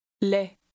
Les